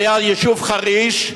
ליד היישוב חריש,